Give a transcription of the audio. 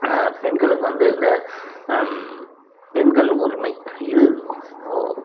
பெண்களுக்கு வந்து இந்த பெண்கள் உரிமை இது ஓ